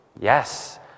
Yes